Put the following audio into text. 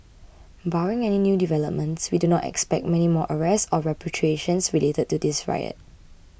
barring any new developments we do not expect many more arrests or repatriations related to this riot